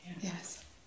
Yes